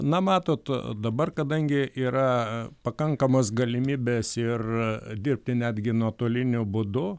na matot dabar kadangi yra pakankamos galimybės ir dirbti netgi nuotoliniu būdu